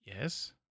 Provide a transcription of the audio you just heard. yes